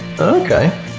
Okay